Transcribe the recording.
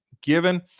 given